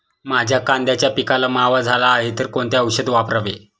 माझ्या कांद्याच्या पिकाला मावा झाला आहे तर कोणते औषध वापरावे?